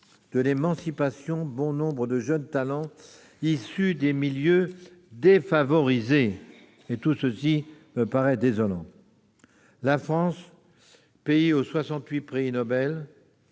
de l'émancipation pour bon nombre de jeunes talents issus de milieux défavorisés. C'est désolant ! La France, pays aux 68 prix Nobel,